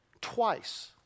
twice